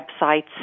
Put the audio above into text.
websites